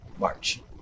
March